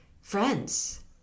friends